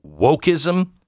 wokeism